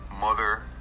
mother